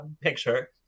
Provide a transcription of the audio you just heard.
picture